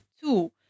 Two